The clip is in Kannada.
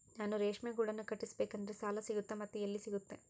ನಾನು ರೇಷ್ಮೆ ಗೂಡನ್ನು ಕಟ್ಟಿಸ್ಬೇಕಂದ್ರೆ ಸಾಲ ಸಿಗುತ್ತಾ ಮತ್ತೆ ಎಲ್ಲಿ ಸಿಗುತ್ತೆ?